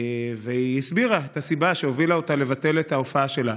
והיא הסבירה את הסיבה שהובילה אותה לבטל את ההופעה שלה,